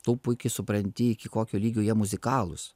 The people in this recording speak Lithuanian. tu puikiai supranti iki kokio lygio jie muzikalūs